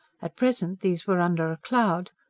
at present these were under a cloud.